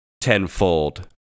tenfold